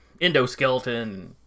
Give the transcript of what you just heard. endoskeleton